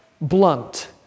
blunt